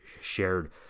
shared